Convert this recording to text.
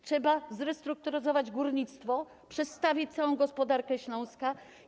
Trzeba zrestrukturyzować górnictwo, przestawić całą gospodarkę Śląska.